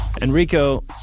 Enrico